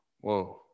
Whoa